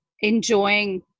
enjoying